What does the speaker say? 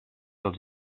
als